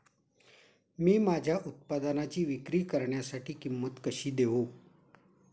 मी माझ्या उत्पादनाची विक्री करण्यासाठी किंमत कशी देऊ?